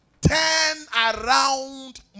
turn-around